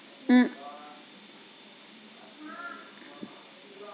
mm